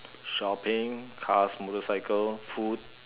shopping cars motorcycles food